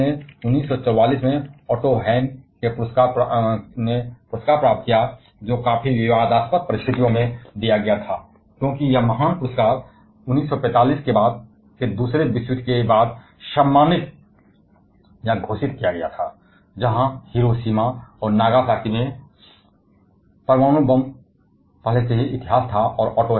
उनके काम ने 1944 में ओटो हैन के पुरस्कार का नेतृत्व किया जिसे काफी विवादास्पद परिस्थितियों में दिया गया था क्योंकि यह महान पुरस्कार 1945 के बाद के दूसरे विश्व युद्ध के बाद के पुरस्कार से सम्मानित या घोषित किया गया था जहां हिरोशिमा और नागासाकी में परमाणु बम पहले से ही इतिहास था